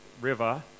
river